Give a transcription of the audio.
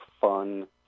fun